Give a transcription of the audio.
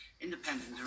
independent